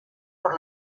por